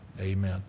Amen